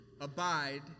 abide